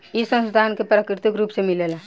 ई संसाधन के प्राकृतिक रुप से मिलेला